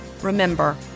Remember